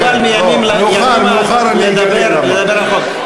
ומקובל מימים ימימה לדבר על החוק.